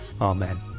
Amen